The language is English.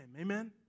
Amen